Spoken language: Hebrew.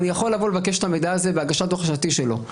ואני יכול לבוא ולבקש את המידע הזה בהגשת הדוח השנתי שלו.